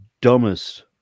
dumbest